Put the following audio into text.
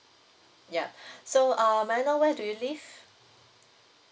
yup so uh may I know where do you live